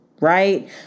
right